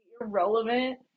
irrelevant